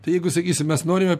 tai jeigu sakysim mes norime